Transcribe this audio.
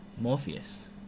Morpheus